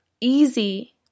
easy